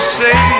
say